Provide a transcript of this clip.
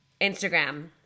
Instagram